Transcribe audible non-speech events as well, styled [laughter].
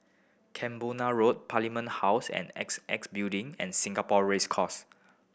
Camborna Road Parliament House and [unintelligible] Building and Singapore Race Course